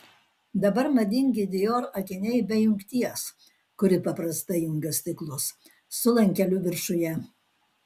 dabar madingi dior akiniai be jungties kuri paprastai jungia stiklus su lankeliu viršuje